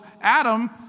Adam